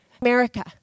America